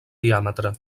diàmetre